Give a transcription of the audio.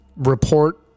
Report